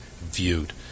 viewed